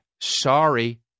Sorry